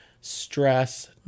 stress